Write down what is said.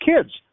kids